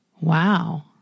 Wow